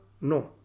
No